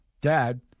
dad